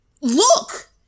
Look